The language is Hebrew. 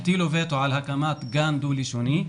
הטילו וטו על הקמת גן דו-לשוני.